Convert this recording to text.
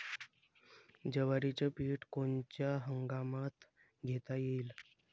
जवारीचं पीक कोनच्या हंगामात घेता येते?